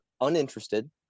uninterested